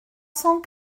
cent